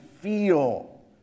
feel